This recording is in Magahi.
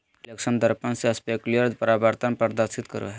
रिफ्लेक्शन दर्पण से स्पेक्युलर परावर्तन प्रदर्शित करो हइ